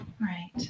Right